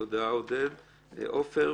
אני דווקא הצבעתי הרבה